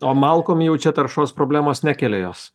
tom malkom jau čia taršos problemos nekelia jos